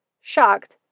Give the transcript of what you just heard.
Shocked